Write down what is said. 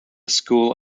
school